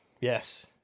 Yes